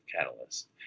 catalyst